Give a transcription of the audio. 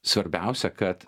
svarbiausia kad